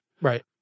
Right